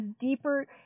deeper